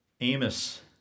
Amos